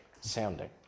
sounding